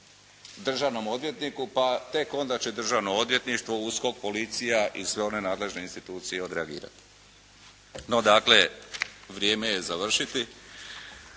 državnom odvjetniku pa tek onda će Državno odvjetništvo, USKOK, policija i sve one nadležne institucije odreagirati. No, dakle, vrijeme je završiti.